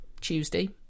Tuesday